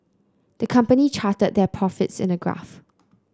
the company charted their profits in a graph